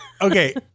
Okay